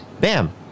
Bam